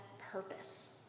purpose